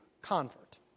convert